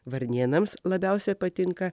varnėnams labiausiai patinka